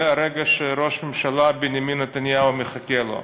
זה הרגע שראש הממשלה בנימין נתניהו מחכה לו,